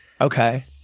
Okay